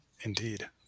Indeed